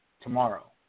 tomorrow